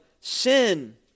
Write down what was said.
sin